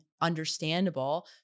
understandable